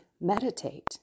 meditate